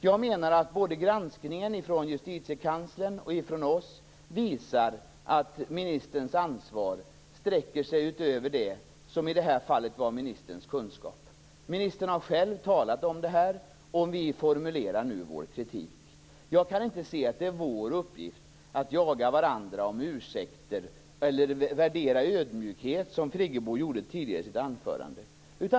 Jag menar att granskningen både från Justitiekanslern och från KU visar att ministerns ansvar sträcker sig utöver det som i det här fallet var ministerns kunskap. Ministern har själv talat om detta, och vi formulerar nu vår kritik. Jag kan inte se att det är vår uppgift att jaga varandra om ursäkter eller värdera ödmjukhet, som Friggebo gjorde tidigare i sitt anförande.